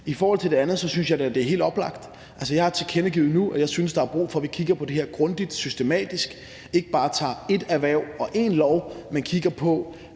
I forhold til det andet synes jeg da, det er helt oplagt. Jeg har tilkendegivet nu, at jeg synes, der er brug for, at vi kigger grundigt og systematisk på det her og ikke bare tager ét erhverv og én lov, men kigger på,